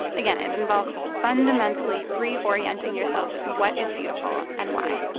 again, it involves fundamentally reorienting yourself to what is beautiful and why